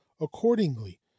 accordingly